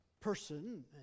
person